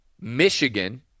Michigan